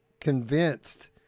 convinced